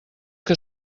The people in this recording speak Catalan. que